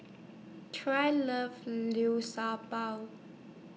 Trae loves Liu Sha Bao